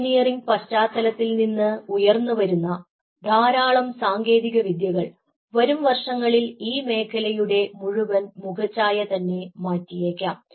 engineering പശ്ചാത്തലത്തിൽ നിന്ന് ഉയർന്നുവരുന്ന ധാരാളം സാങ്കേതികവിദ്യകൾ വരും വർഷങ്ങളിൽ ഈ മേഖലയുടെ മുഴുവൻ മുഖച്ഛായ തന്നെ മാറ്റിയേക്കാം